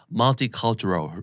multicultural